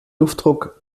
luftdruck